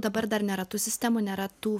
dabar dar nėra tų sistemų nėra tų